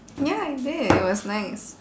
ya I did it was nice